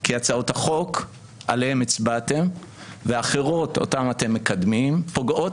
כי הצעות החוק עליהן הצבעתם ואחרות אותן אתם מקדמים פוגעות